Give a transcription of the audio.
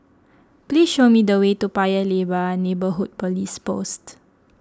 please show me the way to Paya Lebar and Neighbourhood Police Post